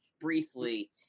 briefly